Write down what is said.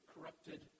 corrupted